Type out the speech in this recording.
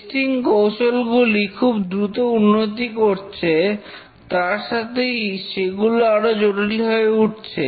testing কৌশল গুলি খুব দ্রুত উন্নতি করছে তার সাথেই সেগুলো আরো জটিল হয়ে উঠছে